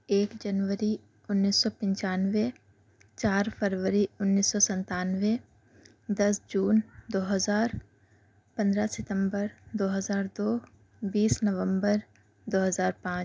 ایک جنوری انیس سو پنچانوے چار فروری انیس سو سنتانوے دس جون دو ہزار پندرہ ستمبر دو ہزار دو بیس نومبر دو ہزار پانچ